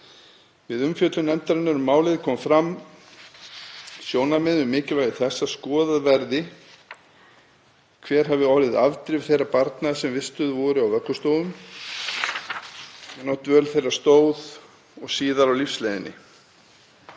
Við umfjöllun nefndarinnar um málið komu fram sjónarmið um mikilvægi þess að skoðað verði hver hefðu orðið afdrif þeirra barna sem vistuð voru á vöggustofum, meðan á dvöl þeirra stóð og síðar á lífsleiðinni.